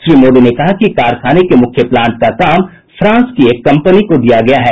श्री मोदी ने कहा कि कारखाने के मुख्य प्लांट का काम फ्रांस की एक कम्पनी को दिया गया है